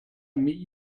meet